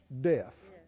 death